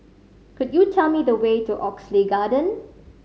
could you tell me the way to Oxley Garden